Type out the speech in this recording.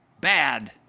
Bad